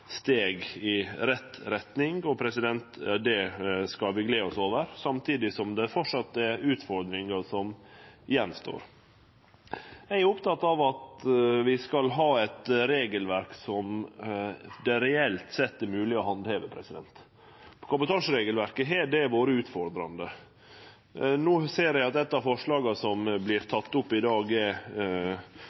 steg i rett retning. Det skal vi gle oss over, samtidig som det framleis er utfordringar som står igjen. Eg er opptatt av at vi skal ha eit regelverk som det reelt sett er mogleg å handheve. For kabotasjeregelverket har det vore utfordrande. No ser eg at eit av forslaga som ein tek opp i dag, er